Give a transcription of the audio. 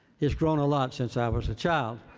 it's grown a lot since i was a child.